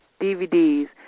DVDs